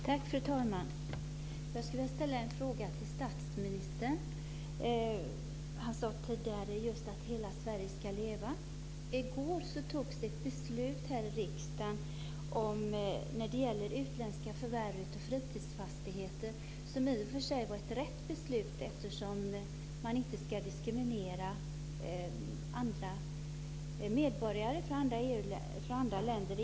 Fru talman! Jag skulle vilja ställa en fråga till statsministern. Han sade tidigare att hela Sverige ska leva. I går fattades ett beslut här i riksdagen om utländska förvärv av fritidsfastigheter, som i och för sig var ett rätt beslut, eftersom man inte ska diskriminera medborgare från andra EU-länder.